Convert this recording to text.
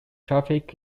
traffic